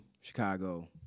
Chicago